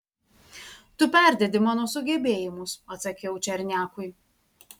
tu perdedi mano sugebėjimus atsakiau černiakui